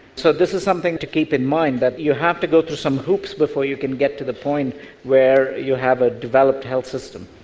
so this is something to keep in mind, that you have to go through some hoops before you get to the point where you have a developed health system.